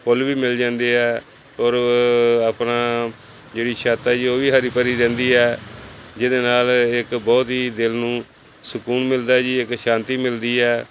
ਫੁੱਲ ਵੀ ਮਿਲ ਜਾਂਦੇ ਹੈ ਔਰ ਆਪਣਾ ਜਿਹੜੀ ਛੱਤ ਆ ਜੀ ਉਹ ਵੀ ਹਰੀ ਭਰੀ ਰਹਿੰਦੀ ਹੈ ਜਿਹਦੇ ਨਾਲ ਇੱਕ ਬਹੁਤ ਹੀ ਦਿਲ ਨੂੰ ਸਕੂਨ ਮਿਲਦਾ ਜੀ ਇੱਕ ਸ਼ਾਂਤੀ ਮਿਲਦੀ ਹੈ